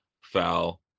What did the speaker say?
foul